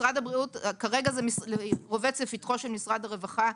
כרגע הפרשיות האחרונות רובצות לפתחו של משרד הרווחה,